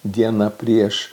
dieną prieš